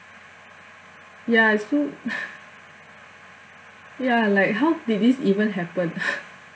ya so ya like how did this even happen